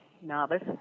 novice